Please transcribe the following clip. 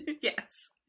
Yes